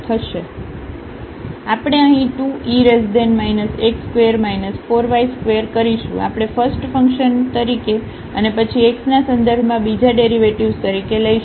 તેથી આપણે અહીં 2e x2 4y2 કરીશું આપણે ફસ્ટફંકશન તરીકે અને પછી x ના સંદર્ભમાં બીજા ડેરિવેટિવ્ઝ તરીકે લઈશું